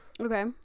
Okay